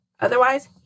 Otherwise